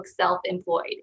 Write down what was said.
Self-Employed